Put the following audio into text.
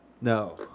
No